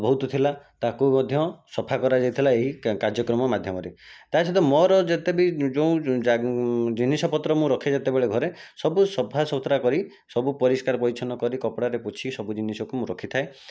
ବହୁତ ଥିଲା ତାକୁ ମଧ୍ୟ ସଫା କରାଯାଇଥିଲା ଏହି କାର୍ଯ୍ୟକ୍ରମ ମାଧ୍ୟମରେ ତା' ସହିତ ମୋର ଯେତେ ବି ଯେଉଁ ଜିନିଷ ପତ୍ର ମୁଁ ରଖେ ଯେତେବେଳେ ଘରେ ସବୁ ସଫାସଉତୁରା କରି ସବୁ ପରିଷ୍କାର ପରିଚ୍ଛନ୍ନ କରି କପଡ଼ାରେ ପୋଛି ସବୁ ଜିନିଷକୁ ମୁଁ ରଖିଥାଏ